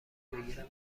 بگیرم